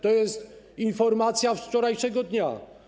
To jest informacja z wczorajszego dnia.